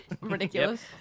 Ridiculous